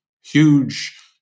huge